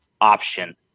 option